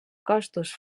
costos